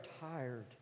tired